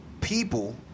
people